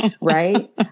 Right